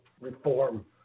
reform